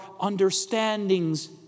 understandings